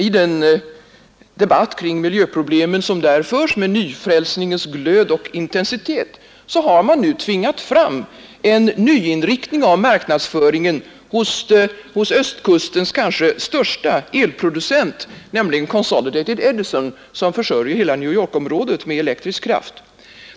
I den debatt kring miljöproblemen som där förs med nyfrälsningens glöd och intensitet har man nu tvingat fram en ny inriktning av marknadsföringen hos östkustens kanske störste elproducent, Consolidated Edison, som försörjer hela New Yorkområdet med elektrisk kraft.